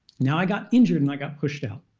now i got injured and i got pushed out.